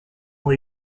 ont